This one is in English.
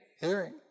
Hearing